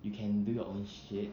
you can do your own shit